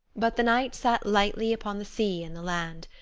but the night sat lightly upon the sea and the land.